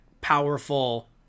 powerful